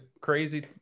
crazy